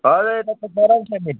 हजुर यता त गरम छ नि